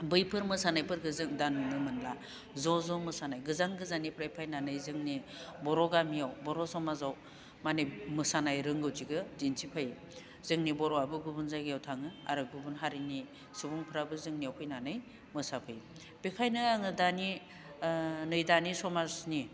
बैफोर मोसानायफोरखौ जों दा नुनो मोनला ज' ज' मोसानाय गोजान गोजाननिफ्राय फायनानै जोंनि बर' गामियाव बर' समाजाव माने मोसानाय रोंगौथिखौ दिन्थिफैयो जोंनि बर'आबो गुबुन गुबुन जायगायाव थाङो आरो गुबुन हारिनि सुबुंफोराबो जोंनियाव फैनानै मोसाफैयो बेनिखायनो आङो दानि नै दानि समाजनि